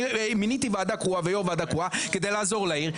אני מיניתי ועדה קרואה ויו"ר ועדה קרואה כדי לעזור לעיר,